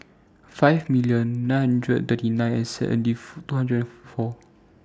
five million nine hundred thirty nine and seven and two hundred four